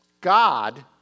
God